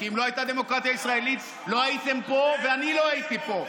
אני לא אוותר על הזדמנות להגן על חופש הביטוי.